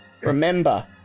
remember